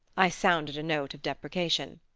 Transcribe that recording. i sounded a note of deprecation.